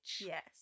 Yes